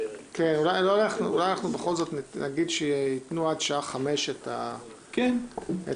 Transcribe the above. אולי אנחנו בכל זאת נגיד שייתנו עד שעה 17:00 את השמות,